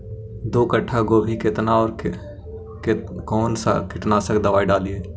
दो कट्ठा गोभी केतना और कौन सा कीटनाशक दवाई डालिए?